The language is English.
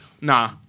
nah